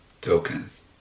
tokens